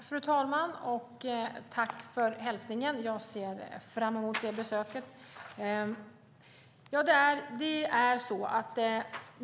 Fru talman! Tack för hälsningen, Eva Sonidsson! Jag ser fram emot besöket.